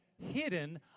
hidden